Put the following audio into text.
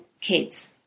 kids